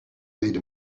made